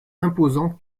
imposant